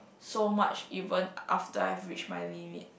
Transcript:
so much even after I've reached my limit